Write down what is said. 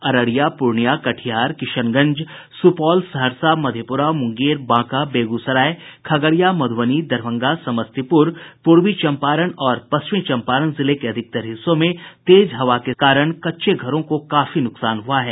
अररिया प्रर्णिया कटिहार किशनगंज सुपौल सहरसा मधेपुरा मुंगेर बांका बेगूसराय खगड़िया मधुबनी दरभंगा समस्तीपुर पूर्वी चंपारण और पश्चिमी चंपारण जिले के अधिकतर हिस्सों में तेज हवा के कारण कच्चे घरों को काफी नुकसान हुआ है